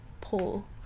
pull